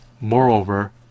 Moreover